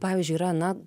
pavyzdžiui yra na